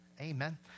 Amen